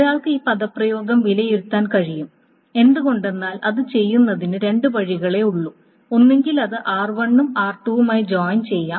ഒരാൾക്ക് ഈ പദപ്രയോഗം വിലയിരുത്താൻ കഴിയും എന്തുകൊണ്ടെന്നാൽ അത് ചെയ്യുന്നതിന് രണ്ട് വഴികളേ ഉള്ളൂ ഒന്നുകിൽ അത് r1 r2 മായി ജോയിൻ ചെയ്യാം